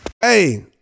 Hey